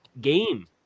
Game